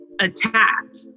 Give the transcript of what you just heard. attacked